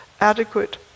adequate